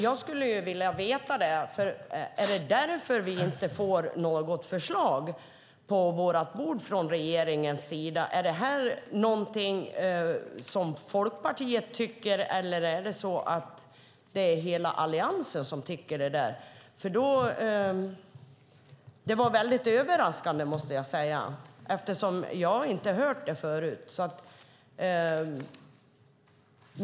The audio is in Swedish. Jag undrar om det är därför vi inte får något förslag från regeringen. Är det någonting som Folkpartiet tycker eller tycker hela Alliansen det? Det var väldigt överraskande, måste jag säga, eftersom jag inte hört det tidigare.